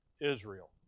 Israel